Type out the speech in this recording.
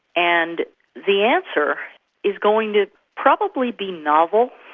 and the answer is going to probably be novel,